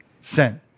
sent